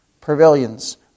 pavilions